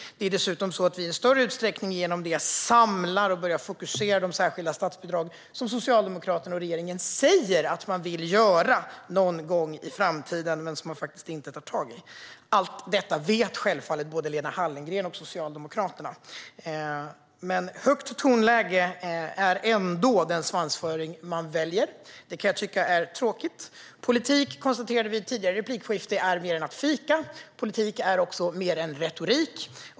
Därigenom samlar vi och börjar vi dessutom i större utsträckning fokusera de särskilda statsbidragen, vilket Socialdemokraterna och regeringen säger att man vill göra någon gång i framtiden men som man faktiskt inte tar tag i. Allt detta vet självfallet både Lena Hallengren och Socialdemokraterna, men högt tonläge är ändå den svansföring man väljer. Det kan jag tycka är tråkigt. Som konstaterades i ett tidigare replikskifte är politik mer än att fika. Politik är också mer än retorik.